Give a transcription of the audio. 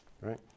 right